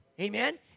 Amen